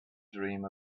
dream